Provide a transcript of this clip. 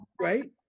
right